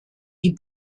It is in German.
die